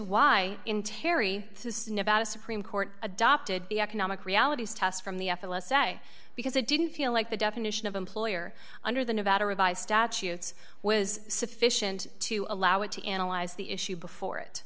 why in terry supreme court adopted the economic realities test from the f l s say because it didn't feel like the definition of employer under the nevada revised statutes was sufficient to allow it to analyze the issue before it